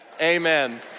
amen